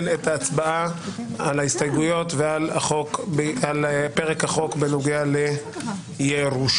את ההצבעה על ההסתייגויות ועל פרק החוק בנוגע לירושה.